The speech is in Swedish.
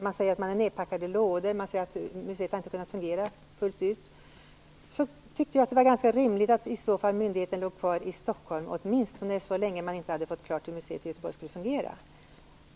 Man säger där att museet är nedpackat i lådor, och att det inte har kunnat fungera fullt ut. Därför tyckte jag att det var ganska rimligt att myndigheten låg kvar i Stockholm, åtminstone så länge det inte var klart hur museet i Göteborg skulle fungera.